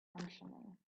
functioning